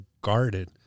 guarded